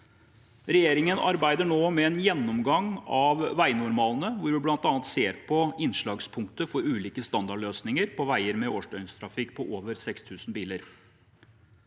Regjeringen arbeider nå med en gjennomgang av veinormalene, hvor vi bl.a. ser på innslagspunktet for ulike standardløsninger på veier med årsdøgntrafikk på over 6 000 biler.